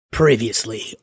Previously